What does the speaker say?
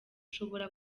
ushobora